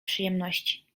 przyjemności